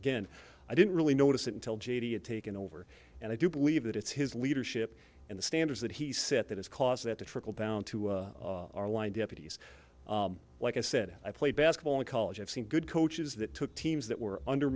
again i didn't really notice it until j t had taken over and i do believe that it's his leadership in the standards that he set that is cause that to trickle down to our line deputies like i said i played basketball in college i've seen good coaches that took teams that were under